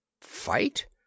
Fight